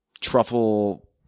truffle